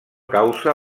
causa